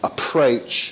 Approach